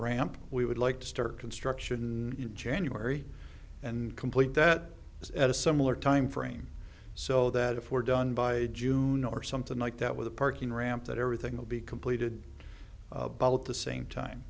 ramp we would like to start construction in january and complete that is at a similar time frame so that if were done by june or something like that with a parking ramp that everything will be completed at the same time